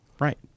Right